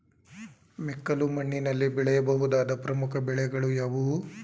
ಮೆಕ್ಕಲು ಮಣ್ಣಿನಲ್ಲಿ ಬೆಳೆಯ ಬಹುದಾದ ಪ್ರಮುಖ ಬೆಳೆಗಳು ಯಾವುವು?